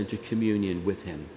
into communion with him